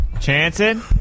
Chanson